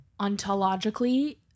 Ontologically